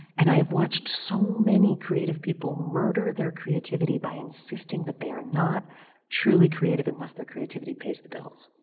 and i have watched so many creative people murder their creativity by insisting that they are not truly creative unless their creativity pays the bills.